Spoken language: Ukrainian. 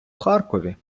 харкові